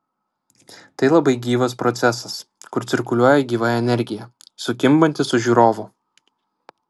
tai labai gyvas procesas kur cirkuliuoja gyva energija sukimbanti su žiūrovu